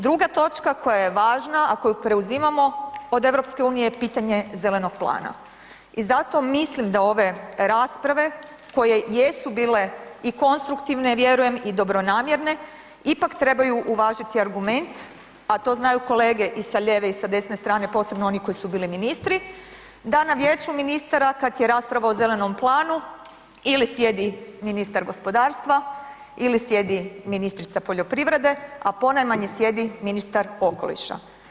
Druga točka koja je važna a koju preuzimamo od EU-a je pitanje zelenog plana i zato mislim da ove rasprave koje jesu bile i konstruktivne vjerujem i dobronamjerne, ipak trebaju uvažiti argument a to znaju kolege i sa lijeve i sa desne strane, posebno oni koji su bili ministri, da na Vijeću ministara kad je rasprava o zelenom planu ili sjedi ministar gospodarstva ili sjedi ministrica poljoprivrede a ponajmanje sjedi ministar okoliša.